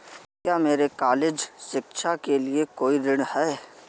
क्या मेरे कॉलेज शिक्षा के लिए कोई ऋण है?